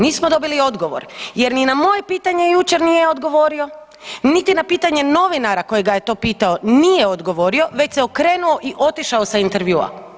Nismo dobili odgovor jer ni na moje pitanje jučer nije odgovorio, niti na pitanje novinara koji ga je to pitao nije odgovorio već se okrenuo i otišao sa intervjua.